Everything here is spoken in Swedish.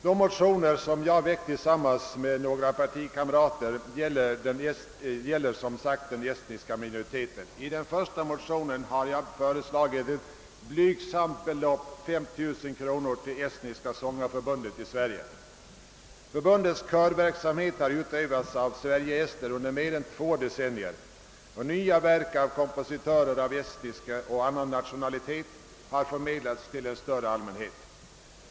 De motioner som jag väckt tillsammans med några partikamrater gäller alltså den estniska minoriteten. I den första motionen har jag föreslagit ett blygsamt belopp, 5 000 kronor, till Estniska sångarförbundet i Sverige. Förbundets körverksamhet har utövats av Sverige-ester under mer än två decennier. Nya verk av kompositörer av estnisk och annan nationalitet har förmedlats till en större allmänhet.